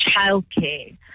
Childcare